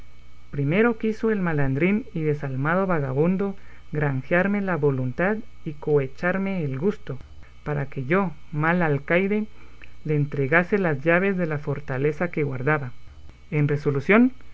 primero quiso el malandrín y desalmado vagamundo granjearme la voluntad y cohecharme el gusto para que yo mal alcaide le entregase las llaves de la fortaleza que guardaba en resolución